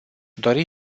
dori